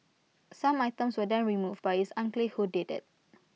some items were then removed but IT is unclear who did IT